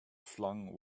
flung